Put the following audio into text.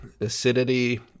acidity